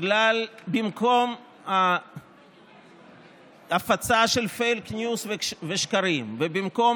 במקום הפצה של פייק ניוז ושקרים ובמקום